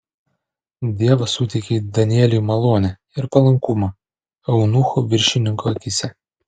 dievas suteikė danieliui malonę ir palankumą eunuchų viršininko akyse